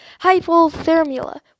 hypothermia